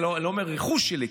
אני לא אומר חלילה לרכוש שלי,